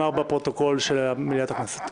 זה לא נאמר בפרוטוקול של מליאת הכנסת.